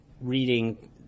reading